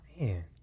Man